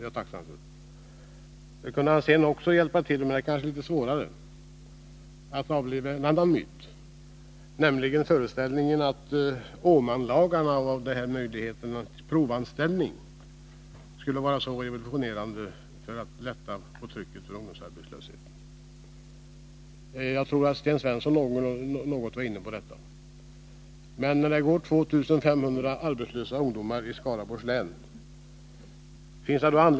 Det vore bra om han sedan också — det är kanske litet svårare — kunde hjälpa till med att avliva en annan myt, nämligen föreställningen att en ändring av Åmanlagarna och införande av möjlighet till provanställning skulle vara så revolutionerande och lätta på trycket när det gäller ungdomsarbetslösheten. Jag tror att Sten Svensson något var inne på detta.